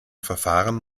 verfahren